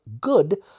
good